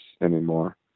anymore